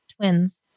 twins